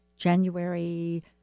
January